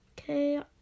Okay